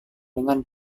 dengan